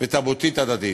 ותרבותית הדדית.